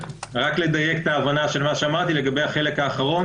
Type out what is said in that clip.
רק לדייק את ההבנה של מה שאמרתי לגבי החלק האחרון